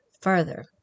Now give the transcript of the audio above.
further